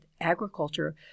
agriculture